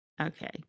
Okay